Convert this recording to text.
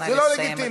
זה לא לגיטימי.